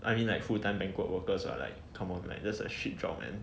I mean like full time banquet workers are like come on like that is a shit job man